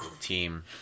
team